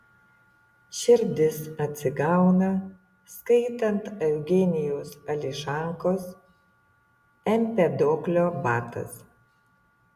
širdis atsigauna skaitant eugenijaus ališankos empedoklio batas